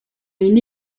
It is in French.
une